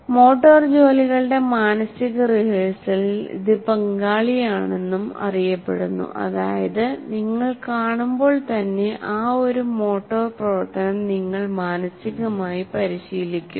motor ജോലികളുടെ മാനസിക റിഹേഴ്സലിൽ ഇത് പങ്കാളിയാണെന്നും അറിയപ്പെടുന്നു അതായത് നിങ്ങൾ കാണുമ്പോൾ തന്നെ ആ ഒരു മോട്ടോർ പ്രവർത്തനം നിങ്ങൾ മാനസികമായി പരിശീലിക്കുന്നു